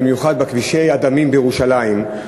במיוחד בכבישי הדמים בירושלים.